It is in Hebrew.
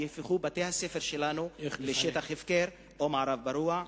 שבתי-הספר שלנו לא יהפכו לשטח הפקר או מערב פרוע.